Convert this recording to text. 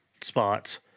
spots